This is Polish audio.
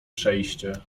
przejście